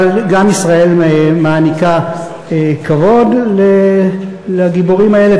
אבל גם ישראל מעניקה כבוד לגיבורים האלה.